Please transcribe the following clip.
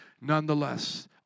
nonetheless